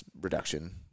reduction